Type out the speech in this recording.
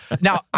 now